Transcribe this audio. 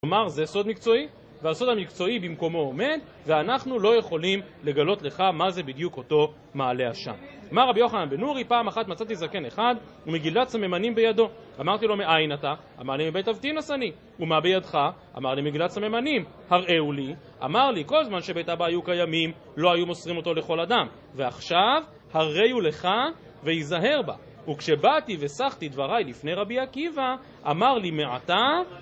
כלומר זה סוד מקצועי, והסוד המקצועי במקומו עומד, ואנחנו לא יכולים לגלות לך מה זה בדיוק אותו מעלה השם. אמר רבי יוחנן בן נורי, פעם אחת מצאתי זקן אחד, ומגילת סממנים בידו. אמרתי לו, מאין אתה? אמר, אני מבית אבטינס אני. ומה בידך? אמר לי, מגילת סממנים. הראו לי. אמר לי, כל זמן שבית אבא היו קיימים, לא היו מוסרים אותו לכל אדם. ועכשיו, הרי הוא לך, ויזהר בה. וכשבאתי ושחתי דבריי לפני רבי עקיבא, אמר לי, מעתה...